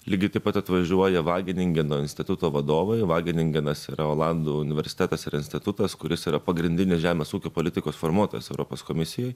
lygiai taip pat atvažiuoja vaginingeno instituto vadovai vaginingenas yra olandų universitetas ir institutas kuris yra pagrindinis žemės ūkio politikos formuotojas europos komisijoj